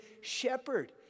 shepherd